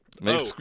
make